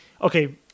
okay